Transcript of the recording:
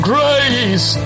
Grace